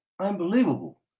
Unbelievable